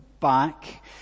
back